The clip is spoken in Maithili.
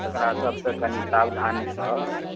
ओकरा सबसँ कनि सावधानी रहब